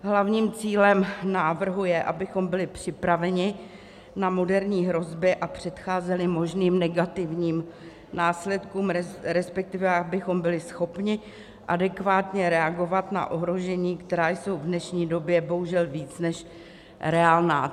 Hlavním cílem návrhu je, abychom byli připraveni na moderní hrozby a předcházeli možným negativním následkům, respektive abychom byli schopni adekvátně reagovat na ohrožení, která jsou v dnešní době bohužel víc než reálná.